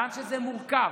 גם כשזה מורכב,